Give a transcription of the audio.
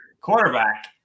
quarterback